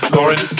Lauren